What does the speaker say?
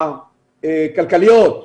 הכלכליות,